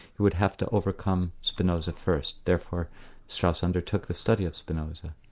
he would have to overcome spinoza first. therefore strauss undertook the study of spinoza.